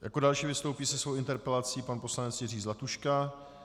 Jako další vystoupí se svou interpelací pan poslanec Jiří Zlatuška.